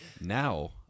now